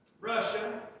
Russia